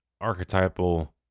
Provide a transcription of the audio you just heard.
archetypal